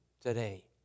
today